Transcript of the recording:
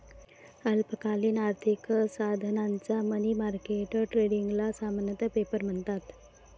अल्पकालीन आर्थिक साधनांच्या मनी मार्केट ट्रेडिंगला सामान्यतः पेपर म्हणतात